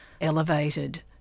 elevated